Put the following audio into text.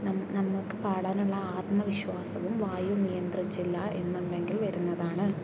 നമുക്ക് പാടാനുള്ള ആത്മവിശ്വാസവും വായു നിയന്ത്രിച്ചിട്ടില്ല എന്നുണ്ടെങ്കിൽ വരുന്നതാണ്